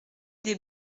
des